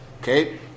Okay